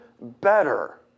better